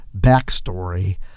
backstory